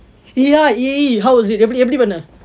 ya E_A_E how was it எப்படி எப்படி பண்ண:eppadi eppadi panna